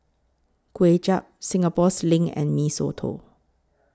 Kway Chap Singapore Sling and Mee Soto